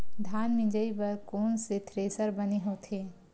धान मिंजई बर कोन से थ्रेसर बने होथे?